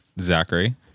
Zachary